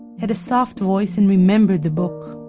had a soft voice, and remembered the book.